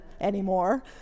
anymore